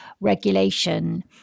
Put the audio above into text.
regulation